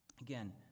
again